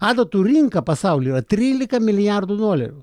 adatų rinka pasauly yra trylika milijardų dolerių